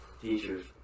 Teachers